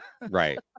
Right